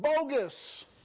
bogus